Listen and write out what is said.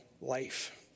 life